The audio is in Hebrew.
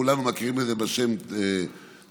כולנו מכירים את זה בשם תשק"ח,